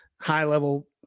high-level